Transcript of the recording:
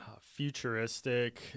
Futuristic